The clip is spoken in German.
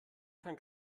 kann